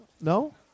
No